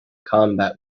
combat